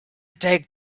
take